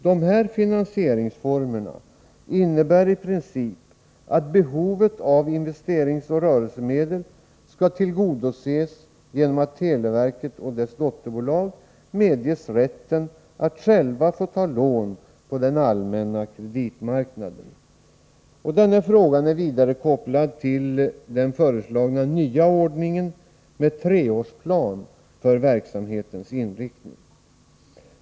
Dessa finansieringsformer innebär i princip att behovet av investeringsoch rörelsemedel skall tillgodoses genom att televerket och dess dotterbolag medges rätten att själva få ta lån på den allmänna kreditmarknaden. Denna fråga är vidare kopplad till den föreslagna nya ordningen med treårsplan för verksamhetens inriktning.